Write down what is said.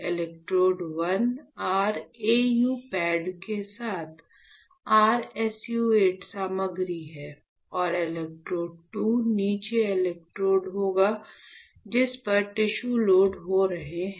electrode 1 r AU pad के साथ r SU 8 सामग्री है और इलेक्ट्रोड 2 नीचे इलेक्ट्रोड होगा जिस पर टिश्यू लोड हो रहे हैं